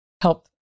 help